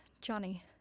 Johnny